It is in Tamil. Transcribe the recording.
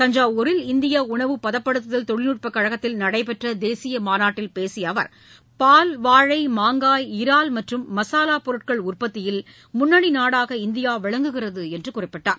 தஞ்சாவூரில் இந்திய உணவுபதப்படுத்துதல் தொழில்நுட்ப கழகத்தில் நடைபெற்ற தேசிய மாநாட்டில் பேசிய அவர் பால் வாழை மாங்காய் இறால் மற்றும் மசாலாப் பொருட்கள் உற்பத்தியில் முன்னணி நாடாக இந்தியா விளங்குகிறது என்று குறிப்பிட்டார்